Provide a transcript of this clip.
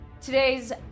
today's